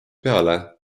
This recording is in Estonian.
peale